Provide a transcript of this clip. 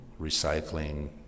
recycling